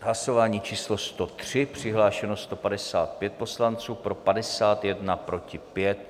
Hlasování číslo 103, přihlášeno 155 poslanců, pro 51, proti 5.